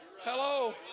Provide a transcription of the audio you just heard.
Hello